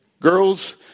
Girls